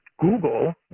Google